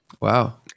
Wow